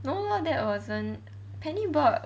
no that wasn't penny board